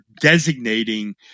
designating